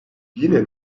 yine